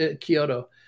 Kyoto